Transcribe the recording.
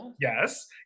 yes